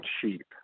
cheap